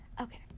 Okay